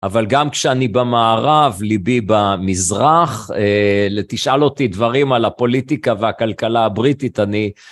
אבל גם כשאני במערב, ליבי במזרח, תשאל אותי דברים על הפוליטיקה והכלכלה הבריטית, אני...